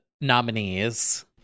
nominees